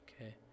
okay